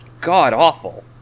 god-awful